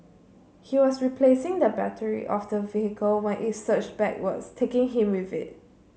he was replacing the battery of the vehicle when it surged backwards taking him with it